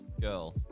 girl